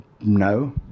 No